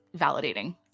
validating